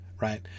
right